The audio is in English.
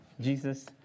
Jesus